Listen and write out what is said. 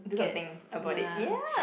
get ya